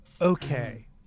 okay